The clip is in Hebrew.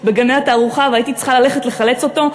בגני-התערוכה והייתי צריכה ללכת לחלץ אותו,